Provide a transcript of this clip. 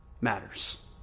matters